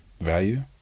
value